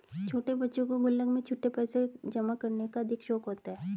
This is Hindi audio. छोटे बच्चों को गुल्लक में छुट्टे पैसे जमा करने का अधिक शौक होता है